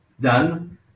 done